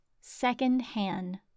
second-hand